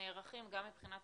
נערכים גם מבחינת